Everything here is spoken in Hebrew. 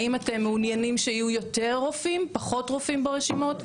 האם אתם מעוניינים שיהיו יותר רופאים או פחות רופאים ברשימות,